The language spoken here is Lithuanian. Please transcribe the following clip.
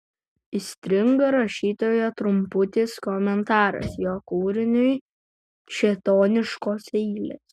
įstringa rašytojo trumputis komentaras jo kūriniui šėtoniškos eilės